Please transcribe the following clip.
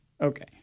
Okay